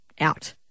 Out